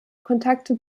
kontakte